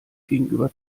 gegenüber